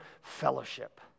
fellowship